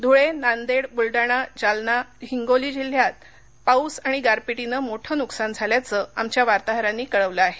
धुळे नांदेड ब्लडाणा जालना हिंगोली जिल्ह्यात या पाऊस आणि गारपिटीनं मोठं नुकसान झाल्याचं आमच्या वार्ताहरांनी कळवलं आहे